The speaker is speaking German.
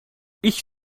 ich